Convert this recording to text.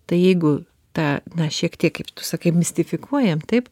tai jeigu tą na šiek tiek kaip tu sakai mistifikuojam taip